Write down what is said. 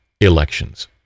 elections